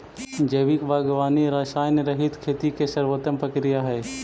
जैविक बागवानी रसायनरहित खेती के सर्वोत्तम प्रक्रिया हइ